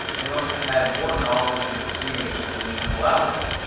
they must have had more knowledge and experience than we can allow them,